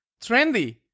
trendy